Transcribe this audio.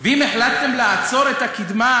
ואם החלטתם לעצור את הקדמה,